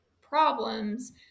problems